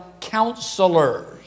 counselors